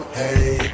hey